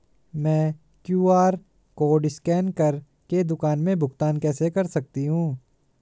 मैं QR code scan कर के दुकान में भुगतान कैसे कर सकती हूँ?